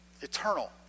eternal